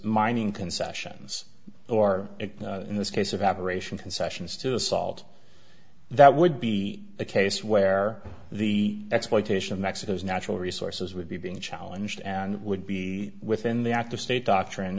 mining concessions or in this case of abberation concessions to the salt that would be a case where the exploitation of mexico's natural resources would be being challenged and would be within the after state doctrine